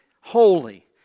holy